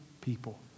people